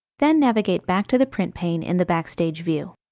then navigate back to the print pane in the backstage view.